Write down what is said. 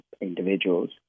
individuals